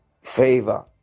favor